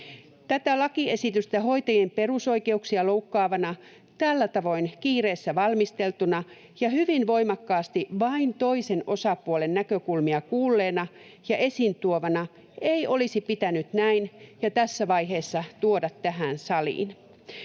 Tätä lakiesitystä hoitajien perusoikeuksia loukkaavana, tällä tavoin kiireessä valmisteltuna ja hyvin voimakkaasti vain toisen osapuolen näkökulmia kuulleena ja esiintuovana ei olisi pitänyt näin ja tässä vaiheessa tuoda tähän saliin.